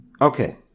Okay